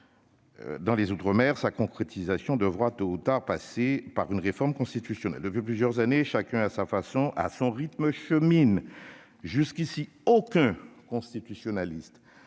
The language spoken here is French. Dans les outre-mer, leur concrétisation devra tôt ou tard passer par une réforme constitutionnelle. Depuis plusieurs années, chacun chemine à sa façon et à son rythme. Jusqu'à présent, aucun constitutionnaliste